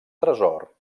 tresor